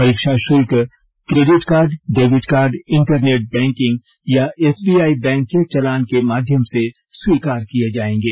परीक्षा शुल्क credit card debit card internet banking या एसबीआई बैंक के चलान के माध्यम से स्वीकार किये जाएंगे